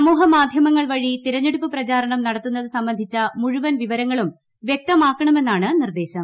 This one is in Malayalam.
സമൂഹ മാധ്യമങ്ങൾ വഴി തിരഞ്ഞെടുപ്പ് പ്രചാരണം നടത്തുന്നത് സംബന്ധിച്ച മുഴുവൻ വിവരങ്ങളും വൃക്തമാക്കണമെന്നാണ് നിർദ്ദേശം